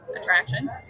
attraction